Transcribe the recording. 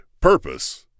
Purpose